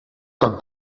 coq